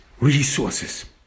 resources